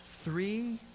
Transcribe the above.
three